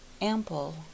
Ample